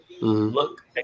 look